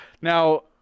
Now